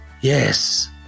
Yes